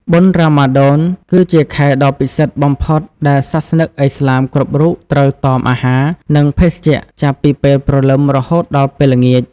បុណ្យរ៉ាម៉ាឌន គឺជាខែដ៏ពិសិដ្ឋបំផុតដែលសាសនិកឥស្លាមគ្រប់រូបត្រូវតមអាហារ និងភេសជ្ជៈចាប់ពីពេលព្រលឹមរហូតដល់ពេលល្ងាច។